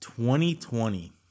2020